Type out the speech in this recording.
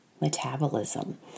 metabolism